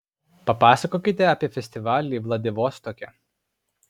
papasakokite apie festivalį vladivostoke